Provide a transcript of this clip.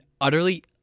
utterly